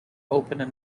opened